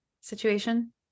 situation